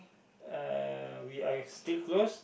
uh we are still close